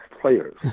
players